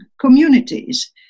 communities